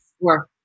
work